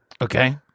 Okay